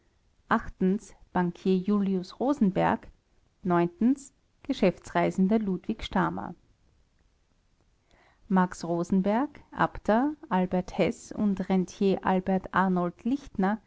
bankier julius rosenberg geschäftsreisender ludwig stamer max rosenberg abter albert heß und rentier albert arnold lichtner